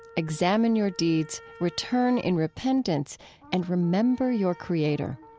examine your deeds. return in repentance and remember your creator.